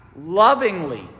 lovingly